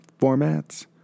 formats